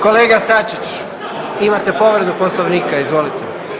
Kolega Sačić, imate povredu Poslovnika, izvolite.